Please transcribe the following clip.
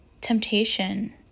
temptation